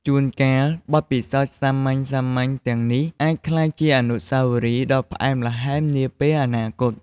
ជួនកាល បទពិសោធន៍សាមញ្ញៗទាំងនេះអាចក្លាយជាអនុស្សាវរីយ៍ដ៏ផ្អែមល្ហែមនាពេលអនាគត។